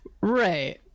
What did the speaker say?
Right